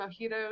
mojitos